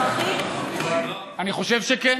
אני חושב שכן.